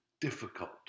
difficult